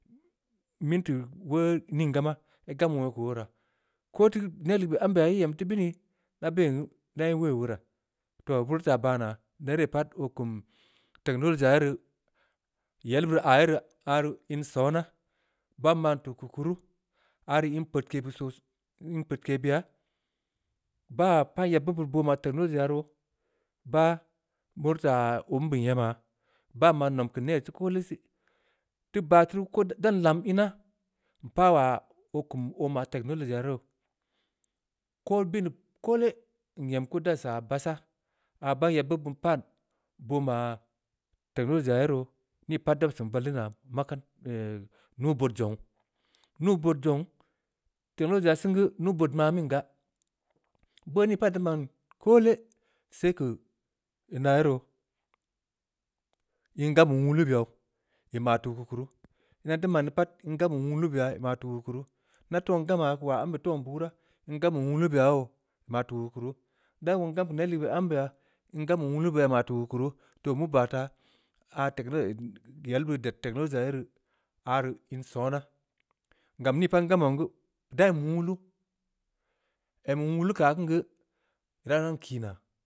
Minti woo ko ning gaa maa, ii wong ya keu oo raa, ko teu neb ligeu beh ambe ya, ii em teu binii? Da ben geu, dai woi wora. toh! Beurii taa baa naa, nere pat oo kum technology ya ye rii, yel beuri aah ye rii, aah rii in sona, baa man tuu keu kuru, aah rii in peudke be sosai, in peudke beya, baa paa yebbeud beu boo maa technology ya roo, bah beurii taa abube nyema. baa man nom keu nessi koole sii. teu baah tuu ruu, dan lam ina. npah waa oo kum oo maa technology ya ye roo, ko teu bini koole, n’em dan saa bassaah, aah baa yeb beu beud pan, boo maa technology ya ye roo, nii pat dauw siin valli naa, makad nubood zonghu-nubood zonghu, technology ya sen geu, nubood maamin gaa, beu ni pat ii teu maan koole, sei keu ina ye roo. wong gam be nwulu be ya youw. ii maa tuu keu kuru, ina teu maan deu pat, in gambe nwulu be ya ii maa tuu keu kuru, nda teu wong gama, waa ambe teu zong buraa, in gambe nwulu be ya youw, nma tuu keu ku ruu, nda wong gam keu neb legeu be ambeya, in gambe nwulu beya beu maa tuu keu kuru, toh! Mu baa taa, aah techno yel ii ded technology ye rii. aah rii in sona. gam nii pat ngam ya zong geu, da em nwulu, em ya nwulu keu aah kin geu, beu ran keun kii naa.